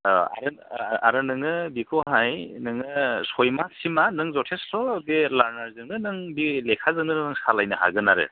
ओ आरो नोङो बेखौहाय नोङो सयमास सिमा नों जथेसथ'स लारनारजोंनो बे लेखाजोंनो नों सालायनो हागोन आरो